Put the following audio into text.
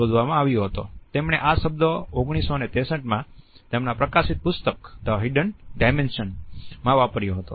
તેમણે આ શબ્દ 1963માં તેમના પ્રકાશિત પુસ્તક 'ધ હિડન ડાયમેન્શન' માં વાપર્યો હતો